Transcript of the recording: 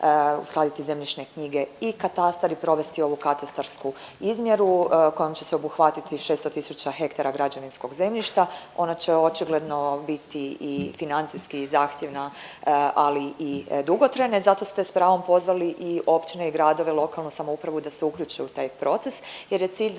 uskladiti zemljišne knjige i katastar i provesti ovu katastarsku izmjeru kojom će se obuhvatiti 600 tisuća hektara građevinskog zemljišta, ona će očigledno biti i financijski zahtjevna, ali i dugotrajna i zato ste s pravom pozvali i općine i gradove i lokalnu samoupravu da se uključe u taj proces jer je cilj